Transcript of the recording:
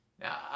Now